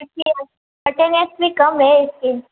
क्योंकि वो अटेंडेंस भी कम है इसके